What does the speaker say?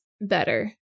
better